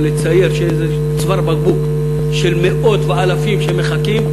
או לצייר שזה צוואר בקבוק של מאות ואלפים שמחכים,